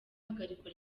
hagarikwa